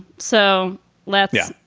so let. yeah,